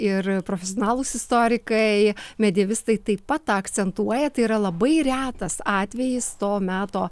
ir profesionalūs istorikai medievistai taip pat tą akcentuoja tai yra labai retas atvejis to meto